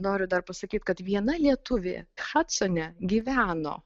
noriu dar pasakyt kad viena lietuvė hadsone gyveno